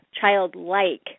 childlike